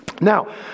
Now